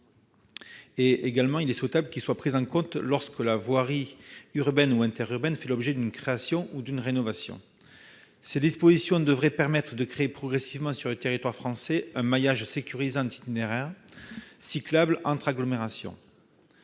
également que les intérêts des cyclistes soient pris en compte lorsque la voirie urbaine et interurbaine fait l'objet d'une création ou d'une rénovation. Ces dispositions permettront de créer progressivement, sur le territoire français, un maillage sécurisant d'itinéraires cyclables entre agglomérations.